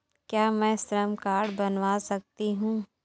क्या मैं श्रम कार्ड बनवा सकती हूँ?